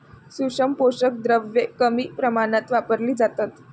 सूक्ष्म पोषक द्रव्ये कमी प्रमाणात वापरली जातात